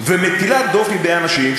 ומטילה דופי באנשים,